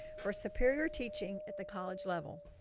for superior teaching at the college level.